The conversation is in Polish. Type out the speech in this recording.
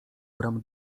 bram